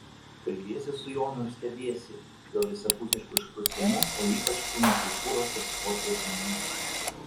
kalbiesi su jonu ir stebiesi jo visapusišku išprusimu o ypač kūno kultūros ir sporto žiniomis